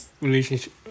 relationship